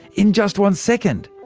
in just one second!